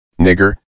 nigger